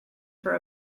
for